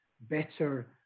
better